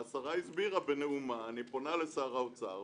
השרה הסבירה בנאומה אני פונה לשר האוצר,